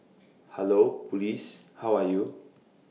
hello Police how are you